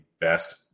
best